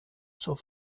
zur